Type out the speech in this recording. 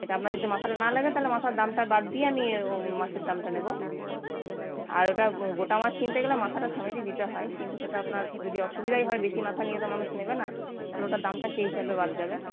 এটা আপনার যদি মাথাটা না লাগে তাহলে মাথার দামটা বাদ দিয়ে আমি মাছের দামটা নেব আর ওটা গোটা মাছ কিনতে গেলে মাথাটা সমেতই দিতে হয় কিন্তু সেটা আপনার যদি অসুবিধাই হয় বেশি মাথা নিয়ে তো মানুষ নেবে না তাহলে ওটার দামটা সেই হিসেবে বাদ যাবে